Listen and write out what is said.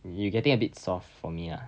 you getting a bit soft for me ah